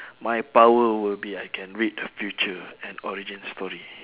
my power will be I can read the future and origin story